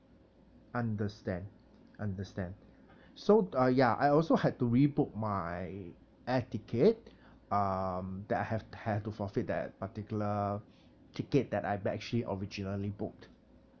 understand understand so uh ya I also had to rebook my air ticket um that I have have to forfeit that particular ticket that I'm actually originally booked